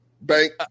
bank